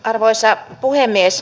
arvoisa puhemies